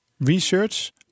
research